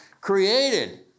created